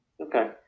Okay